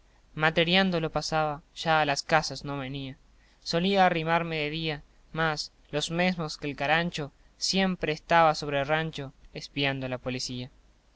partida matreriando lo pasaba ya a las casas no venía solía arrimarme de día mas lo mesmos que el carancho siempre estaba sobre el rancho espiando a la polecía